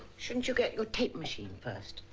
shouldn't you get your tape machine first?